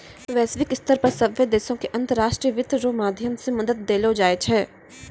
वैश्विक स्तर पर सभ्भे देशो के अन्तर्राष्ट्रीय वित्त रो माध्यम से मदद देलो जाय छै